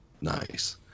Nice